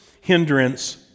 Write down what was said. hindrance